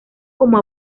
como